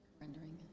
Rendering